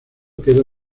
queda